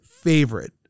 favorite